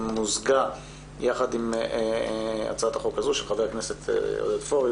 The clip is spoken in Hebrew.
שמוזגה יחד עם העצת החוק של חברי הכנסת עודד פורר,